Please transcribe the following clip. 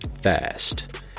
fast